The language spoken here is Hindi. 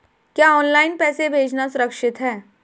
क्या ऑनलाइन पैसे भेजना सुरक्षित है?